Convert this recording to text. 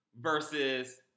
versus